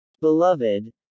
Beloved